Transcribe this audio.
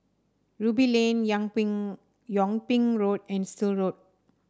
Ruby Lane Yang Ping Yung Ping Road and Still Road